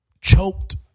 choked